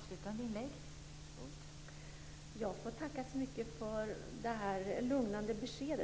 Fru talman! Jag får tacka så mycket för detta lugnande besked.